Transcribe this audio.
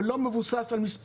אבל לא על מספרים.